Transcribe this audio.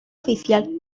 oficial